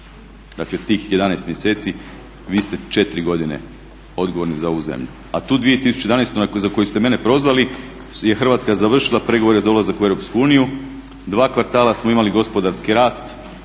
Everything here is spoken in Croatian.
dakle tih 11 mjeseci, vi ste 4 godine odgovorni za ovu zemlju. A tu 2011. za koju ste mene prozvali je Hrvatska završila pregovore za ulazak u Europsku uniju, dva kvartala smo imali gospodarski rast,